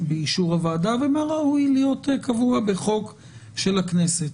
באישור הוועדה ומה ראוי להיות קבוע בחוק של הכנסת.